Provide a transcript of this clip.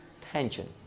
tension